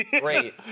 Great